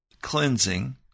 cleansing